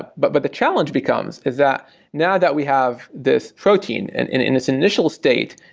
but but but the challenge becomes, is that now that we have this protein, and in in its initial state,